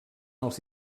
els